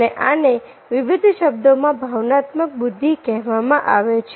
અને આને વિવિધ શબ્દોમાં ભાવનાત્મક બુદ્ધિ કહેવામાં આવે છે